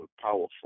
powerful